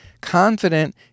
confident